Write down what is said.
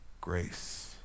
grace